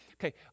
Okay